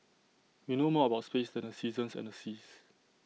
we know more about space than the seasons and the seas